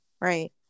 right